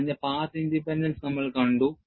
അതിന്റെ path independence നമ്മൾ കണ്ടു